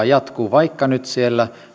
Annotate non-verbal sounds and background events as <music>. <unintelligible> jatkuu vaikka nyt siellä